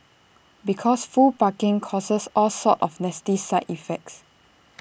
because full parking causes all sorts of nasty side effects